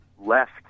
left